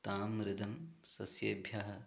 तां मृदं सस्येभ्यः